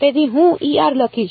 તેથી હું લખીશ